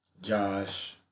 Josh